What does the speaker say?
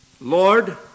Lord